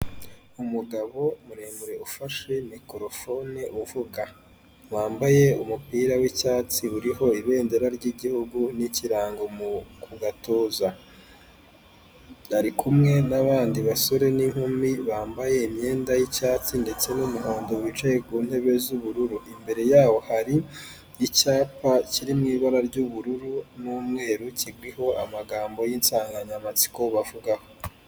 Umugabo muremure ufashe nikorofone uvuga wambaye umupira w'icyatsi uriho ibendera ry'igihugu n'ikirango ku gaza, ari kumwe n'abandi basore n'inkumi bambaye imyenda y'icyatsi ndetse n'umuhondo bicaye ku ntebe z'ubururu, imbere yabo hari icyapa kiri mu ibara ry'ubururu n'umweru kiriho amagambo y'insanganyamatsiko bavugaho.